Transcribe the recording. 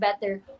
better